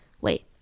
Wait